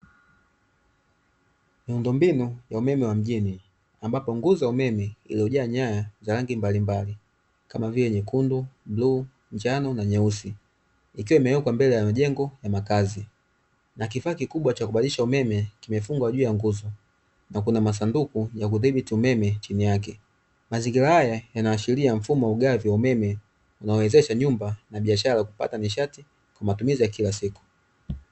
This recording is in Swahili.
Miundombinu ya umeme wa mjini ambapo nguzo ya umeme iliyojaa nyaya za rangi mbalimbali kama vile:nyekundu, bluu, njano na nyeusi ikiwa imewekwa mbele ya majengo ya makazi na kifaa kikubwa cha kubadilisha umeme kimefungwa juu ya nguzo na kuna masanduku ya kudhibiti umeme chini yake, mazingira haya yanaashiria mfumo wa ugavi wa umeme unaowezesha nyumba na biashara kupata nishati kwa matumizi ya kila siku.